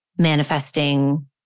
manifesting